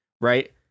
right